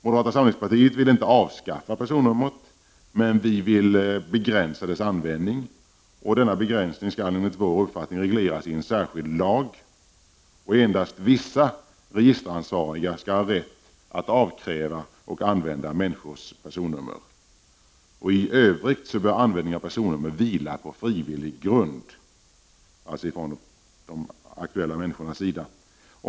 Moderata samlingspartiet vill inte avskaffa personnumret, men vi vill begränsa dess användning. Denna begränsning skall enligt vår uppfattning regleras i en särskild lag. Endast vissa registeransvariga skall ha rätt att avkräva och använda människors personnummer. I övrigt bör människors användning av personnummer vila på frivillig grund.